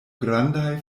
grandaj